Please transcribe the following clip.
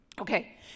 Okay